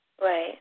Right